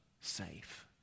safe